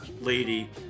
lady